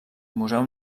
museu